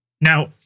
Now